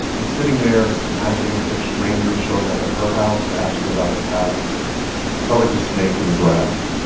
and sitting there, imagining some stranger showing up at her house to ask her about her past, i felt like a snake in the grass